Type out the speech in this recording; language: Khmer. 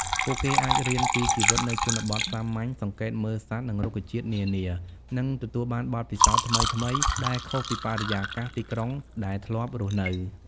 ពួកគេអាចរៀនពីជីវិតនៅជនបទសាមញ្ញ សង្កេតមើលសត្វនិងរុក្ខជាតិនានា និងទទួលបានបទពិសោធន៍ថ្មីៗដែលខុសពីបរិយាកាសទីក្រុងដែលធ្លាប់រស់នៅ។